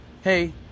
hey